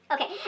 Okay